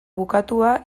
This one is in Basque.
bukatua